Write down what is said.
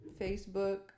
Facebook